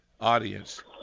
audience